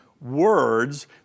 words